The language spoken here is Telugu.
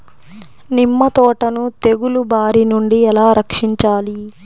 నిమ్మ తోటను తెగులు బారి నుండి ఎలా రక్షించాలి?